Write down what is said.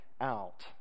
out